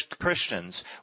Christians